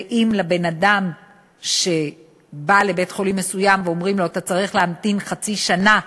ואם בן-אדם שבא לבית-חולים מסוים ואומרים לו: אתה צריך להמתין חצי שנה,